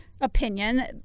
opinion